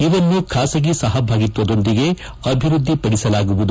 ಇವನ್ನು ಖಾಸಗಿ ಸಪಭಾಗಿತ್ವದೊಂದಿಗೆ ಅಭಿವೃದ್ಧಿಪಡಿಸಲಾಗುವುದು